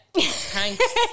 thanks